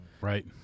right